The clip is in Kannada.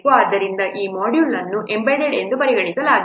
ಆದ್ದರಿಂದ ಈ ಮಾಡ್ಯೂಲ್ ಅನ್ನು ಎಂಬೆಡೆಡ್ ಎಂದು ಪರಿಗಣಿಸಲಾಗುತ್ತದೆ